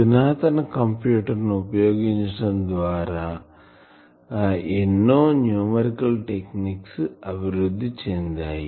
అధునాతన కంప్యూటర్ ని ఉపయోగించండం ద్వారా ఎన్నో న్యూమరికల్ టెక్నిక్స్ అభివుద్ది చెందాయి